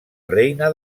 reina